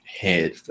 Head